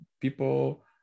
people